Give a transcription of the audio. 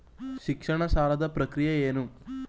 ಶಿಕ್ಷಣ ಸಾಲದ ಪ್ರಕ್ರಿಯೆ ಏನು?